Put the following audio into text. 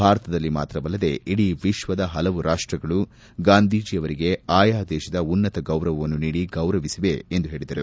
ಭಾರತದಲ್ಲಿ ಮಾತ್ರವಲ್ಲದೇ ಇಡೀ ವಿಶ್ವದ ಪಲವು ರಾಷ್ಟಗಳು ಗಾಂಧೀಜಿಯವರಿಗೆ ಆಯಾ ದೇಶದ ಉನ್ನತ ಗೌರವವನ್ನು ನೀಡಿ ಗೌರವಿಸಿವೆ ಎಂದು ಹೇಳಿದರು